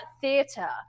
theater